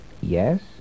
Yes